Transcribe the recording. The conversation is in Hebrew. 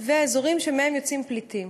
והאזורים שמהם יוצאים פליטים,